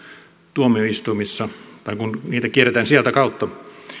tuomioistuimissa tai kun niitä kierretään sieltä kautta